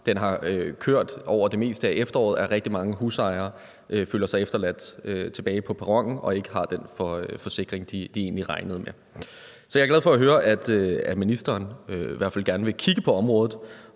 den har kørt over det meste af efteråret. Rigtig mange husejere føler sig efterladt tilbage på perronen og har ikke den forsikring, de egentlig regnede med. Så jeg er glad for at høre, at ministeren i hvert fald gerne vil kigge på området,